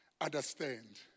understand